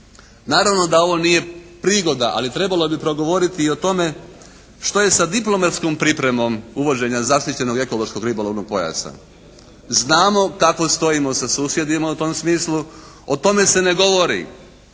Naravno da ovo nije prigoda ali trebalo bi progovoriti i o tome što je sa diplomatskom pripremom uvođenja zaštićenog ekološko-ribolovnog pojasa. Znamo kako stojimo sa susjedima u tom smislu. O tome se ne govori.